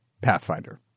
Pathfinder